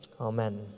amen